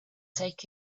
take